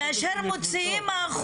כאשר המדינה מפריטה את השירותים